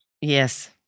Yes